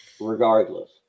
Regardless